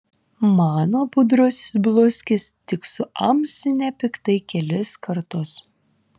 mano budrusis bluskis tik suamsi nepiktai kelis kartus